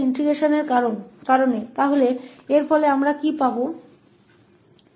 तो परिणामस्वरूप हमें क्या मिलेगा